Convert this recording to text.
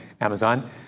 Amazon